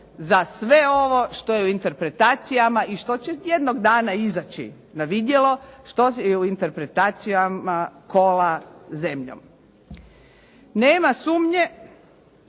za sve ovo što je u interpretacijama i što će jednog dana izaći na vidjelo, što u interpretacijama kola zemljom. Nema sumnje